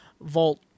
vault